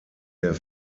der